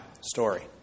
story